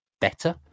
better